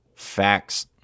facts